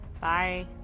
Bye